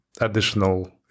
additional